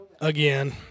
again